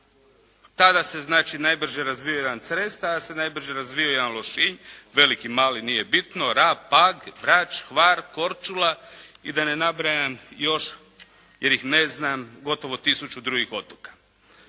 Tada se znači najbrže razvijao jedan Cres, tada se najbrže razvijao jedan Lošinj, veliki, mali nije bitno, Rab, Pag, Brač, Hvar, Korčula i da ne nabrajam još jer ih ne znam gotovo tisuću drugih otoka.